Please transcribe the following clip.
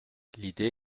l’idée